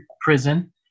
Prison